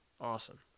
awesome